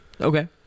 Okay